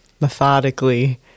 methodically